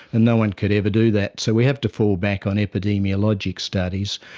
and no one could ever do that, so we have to fall back on epidemiologic studies.